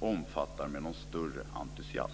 omfattar med någon större entusiasm.